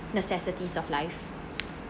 necessities of life